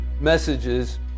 messages